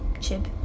Chip